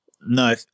No